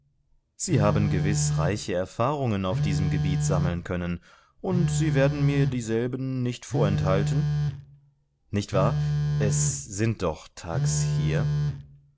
sie haben gewiß reiche erfahrungen auf diesem gebiete sammeln können und sie werden mir dieselben nicht vorenthalten nicht wahr es sind doch thags hier